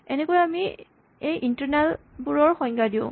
এনেকৈয়ে আমি এই ইন্টাৰনেল বোৰৰ সংজ্ঞা দিওঁ